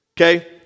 okay